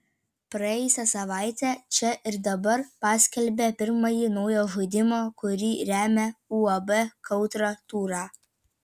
praėjusią savaitę čia ir dabar paskelbė pirmąjį naujo žaidimo kurį remia uab kautra turą